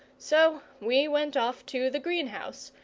so we went off to the greenhouse,